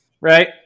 Right